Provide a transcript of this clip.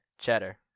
Cheddar